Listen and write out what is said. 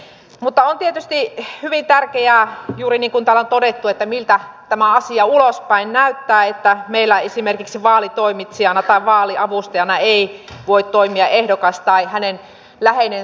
mutta on tietysti hyvin tärkeää juuri niin kuin täällä on todettu miltä tämä asia ulospäin näyttää ja että meillä esimerkiksi vaalitoimitsijana tai vaaliavustajana ei voi toimia ehdokas tai hänen läheinen sukulaisensa